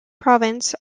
province